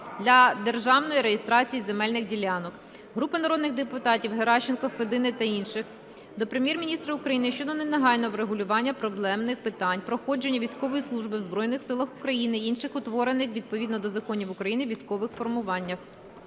для державної реєстрації земельних ділянок. Групи народних депутатів (Геращенко, Федини та інших) до Прем'єр-міністра України щодо негайного врегулювання проблемних питань проходження військової служби в Збройних Силах України, інших утворених відповідно до законів України військових формуваннях.